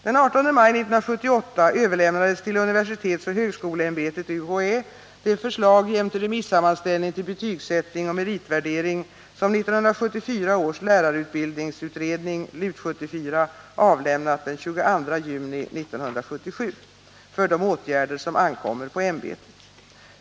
Den 18 maj 1978 överlämnades till universitetsoch högskoleämbetet det förslag jämte remissammanställning till betygsättning och meritvärdering som 1974 års lärarutbildningsutredning avlämnat den 22 juni 1977 för de åtgärder som ankommer på ämbetet.